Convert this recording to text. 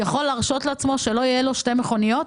יכול להרשות לעצמו שלא יהיו לו 2 מכוניות?